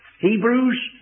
Hebrews